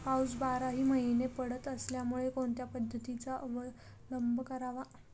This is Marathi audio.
पाऊस बाराही महिने पडत असल्यामुळे कोणत्या पद्धतीचा अवलंब करावा?